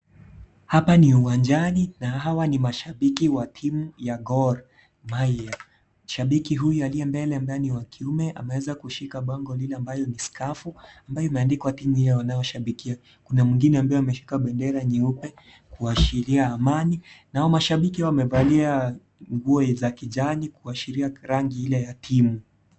Hapa ni uwanjani na hawa ni mashabiki wa timu ya Gor Mahia, shabiki huyu aliye mbele ambaye ni wa kiume ameweza kushika bango lile ambayo ni skafu ambayo imeandikwa timu hio anayoshabikia, kuna mwingine ambaye ameshika bendera nyeupe kuashiria amani na mashabiki wamevalia nguo za kijani kuashiria rangi ile ya timu.